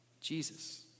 Jesus